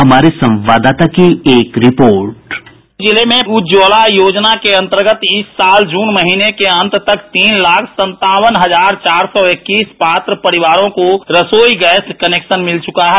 हमारे संवाददाता की रिपोर्ट साउंड बाईट मुजफ्फरपुर जिले में प्रधानमंत्री उज्ज्वला योजना के अंतर्गत इस साल जून महीने के अंत तक तीन लाख संतावन हजार चार सौ इक्कीस पात्र परिवारों को रसोई गैस कनेक्शन मिल चुका है